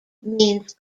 means